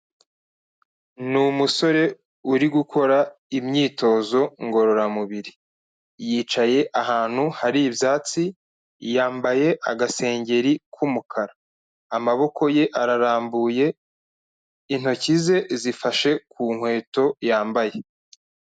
Ni umusore uri gukora imyitozo ngororamubiri, yicaye ahantu hari ibyatsi, yambaye agasengeri k'umukara. Amaboko ye ararambuye, intoki ze zifashe ku nkweto yambaye.